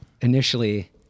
Initially